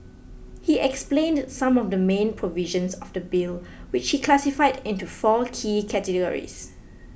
he explained some of the main provisions of the bill which he classified into four key categories